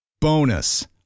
Bonus